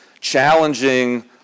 challenging